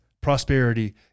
prosperity